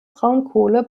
braunkohle